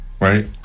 Right